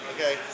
Okay